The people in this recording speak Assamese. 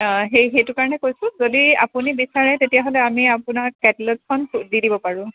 সেই সেইটো কাৰণে কৈছোঁ যদি আপুনি বিচাৰে তেতিয়াহ'লে আমি আপোনাক কেটেলগছখন দি দিব পাৰোঁ